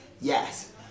Yes